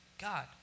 God